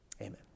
Amen